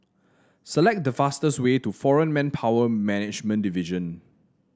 select the fastest way to Foreign Manpower Management Division